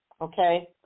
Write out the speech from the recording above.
Okay